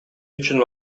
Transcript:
үчүн